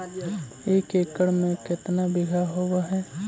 एक एकड़ में केतना बिघा होब हइ?